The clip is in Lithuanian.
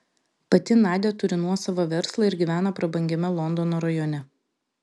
pati nadia turi nuosavą verslą ir gyvena prabangiame londono rajone